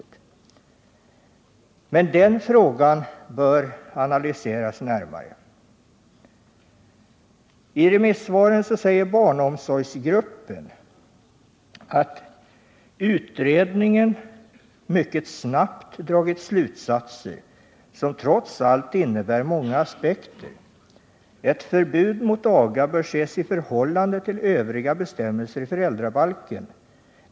Men den frågan bör analyseras närmare. I remissvaret säger barnomsorgsgruppen att ”utredningen mycket snabbt dragit slutsatser som trots allt innehåller många aspekter. Ett förbud mot aga bör ses i förhållande till övriga bestämmelser i föräldrabalken.